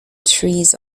trees